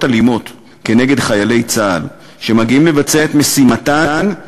אלימות נגד חיילי צה"ל שמגיעים לבצע את משימתם,